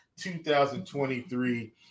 2023